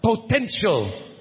potential